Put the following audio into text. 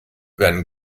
werden